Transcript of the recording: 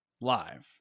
live